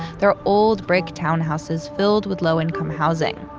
there are old brick townhouses filled with low-income housing.